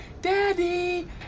daddy